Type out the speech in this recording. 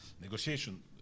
negotiation